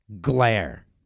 glare